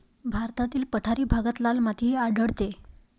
भारतातील पठारी भागात लाल माती आढळते